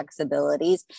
flexibilities